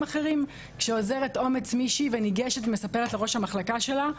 אחרים: כשמישהי אוזרת אומץ וניגשת לספר לראש המחלקה שלה,